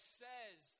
says